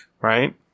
right